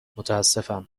متاسفم